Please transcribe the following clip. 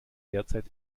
derzeit